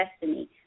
destiny